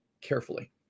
carefully